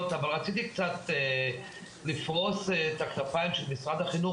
רציתי קצת לפרוס את הכנפיים של משרד החינוך